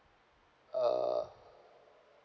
uh